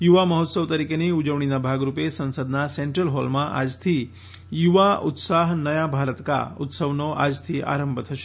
યુવા મહોત્સવ તરીકેની ઉજવણીના ભાગરૂપે સંસદના સેન્ટ્રલ હોલમાં આજથી યુવા ઉત્સાહ નયા ભારત કા ઉત્સવનો આજથી આરંભ થશે